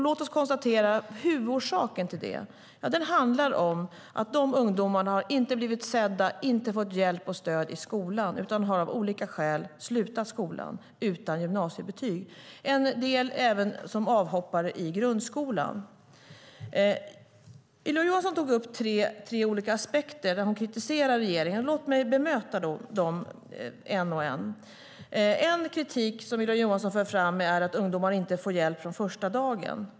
Låt oss konstatera att huvudorsaken till detta är att dessa ungdomar inte har blivit sedda i skolan. De har inte fått hjälp och stöd där, utan de har av olika skäl slutat skolan utan gymnasiebetyg. En del är även avhoppare från grundskolan. Ylva Johansson tog upp tre olika aspekter där hon kritiserar regeringen. Låt mig bemöta dem en och en. En aspekt av den kritik som hon för fram är att ungdomar inte får hjälp från första dagen.